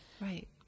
Right